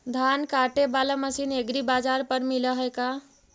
धान काटे बाला मशीन एग्रीबाजार पर मिल है का?